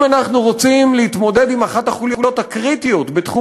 אם אנחנו רוצים להתמודד עם אחת החוליות הקריטיות בתחום